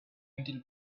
until